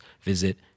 visit